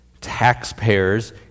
taxpayers